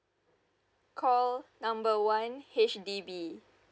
call number one H_D_B